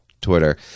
twitter